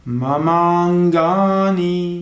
mamangani